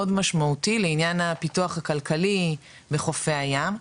משמעותי לעניין הפיתוח הכלכלי בחופי הים,